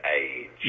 age